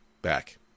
back